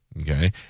Okay